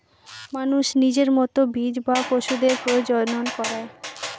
মানুষ নিজের মতো বীজ বা পশুদের প্রজনন করায়